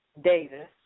Davis